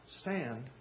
stand